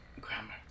Grammar